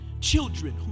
children